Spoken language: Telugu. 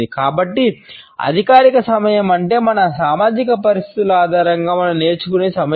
కాబట్టి అధికారిక సమయం అంటే మన సామాజిక పరిస్థితుల ఆధారంగా మనం నేర్చుకునే సమయం